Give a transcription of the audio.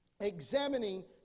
examining